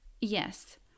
Yes